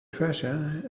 treasure